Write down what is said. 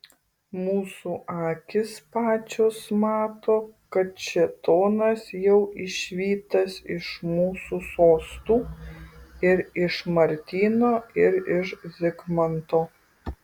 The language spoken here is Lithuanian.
mūsų akys pačios mato kad šėtonas jau išvytas iš mūsų sostų ir iš martyno ir iš zigmanto